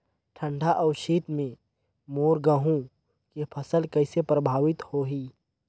ठंडा अउ शीत मे मोर गहूं के फसल कइसे प्रभावित होही?